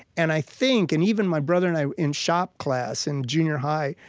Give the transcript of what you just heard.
and i think, and even my brother and i, in shop class, in junior high,